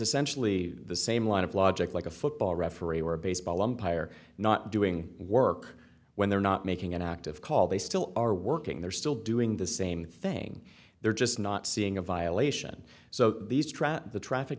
essentially the same line of logic like a football referee or a baseball umpire not doing work when they're not making an active call they still are working they're still doing the same thing they're just not seeing a violation so these trapped the traffic